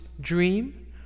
Dream